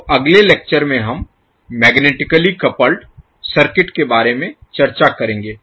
तो अगले lecture Lecture व्याख्यान में हम मैग्नेटिकली Magnetically चुंबकीय कपल्ड सर्किट के बारे में चर्चा करेंगे